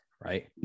right